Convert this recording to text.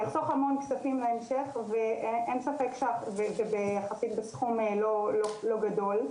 ואין ספק בסכום לא גדול,